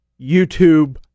YouTube